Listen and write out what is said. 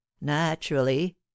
Naturally